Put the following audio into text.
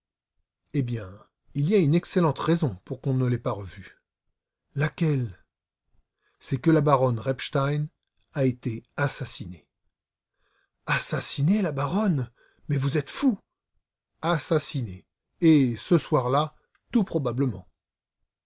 eh bien il y a une excellente raison pour qu'on ne l'ait pas revue laquelle c'est que la baronne repstein a été assassinée assassinée la baronne mais vous êtes fou assassinée et ce soir-là tout probablement